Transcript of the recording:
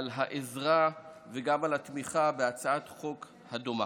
על העזרה וגם על התמיכה בהצעת החוק הדומה.